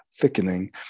thickening